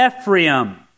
Ephraim